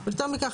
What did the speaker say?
יותר מכך,